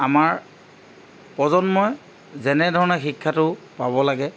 আমাৰ প্ৰজন্মই যেনেধৰণে শিক্ষাটো পাব লাগে